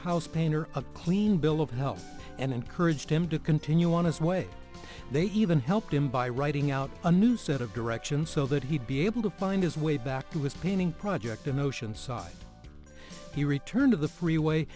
house painter a clean bill of health and encouraged him to continue on his way they even helped him by writing out a new set of directions so that he'd be able to find his way back to his painting project in oceanside he returned to the freeway